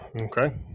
Okay